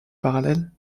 parallèle